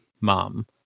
mom